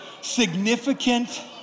significant